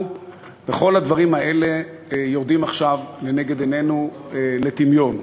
וכל הדברים האלה יורדים עכשיו לנגד עינינו לטמיון.